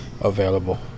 available